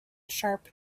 sharp